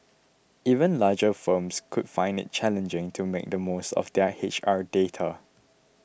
even larger firms could find it challenging to make the most of their H R data